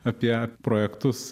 apie projektus